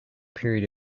period